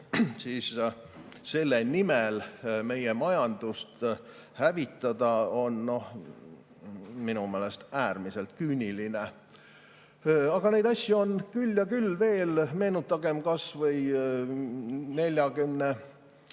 mitte midagi –, meie majandust hävitada on minu meelest äärmiselt küüniline. Aga neid asju on küll ja veel. Meenutagem kasvõi 40-